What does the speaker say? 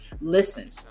listen